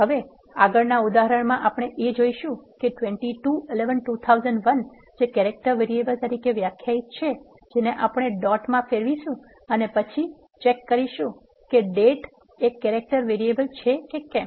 હવે આગળના ઉદાહરણ આપણે એ જોઇશુ કે 22 11 2001 જે કેરેક્ટર વરિએબલ તરીકે વ્યાખ્યાયિત છે જેને આપણે ડેટ માં ફેરવિશુ અને પછી ચેક કરશુ કે ડેટ એ કેરેક્ટર વરિએબલ છે કે કેમ